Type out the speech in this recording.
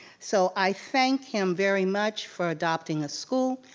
so, i thank him very much for adopting a school.